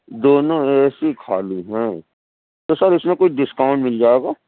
دونوں اے سی خالی ہیں تو سر اِس میں کوئی ڈسکاؤنٹ مل جائے گا